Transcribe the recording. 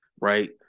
Right